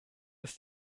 ist